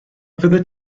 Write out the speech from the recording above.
fyddet